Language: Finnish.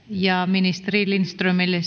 ministeri lindströmille